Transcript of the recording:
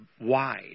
wide